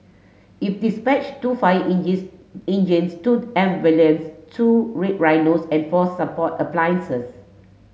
it dispatched two fire engines two ambulances two Red Rhinos and four support appliances